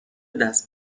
دست